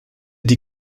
die